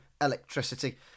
electricity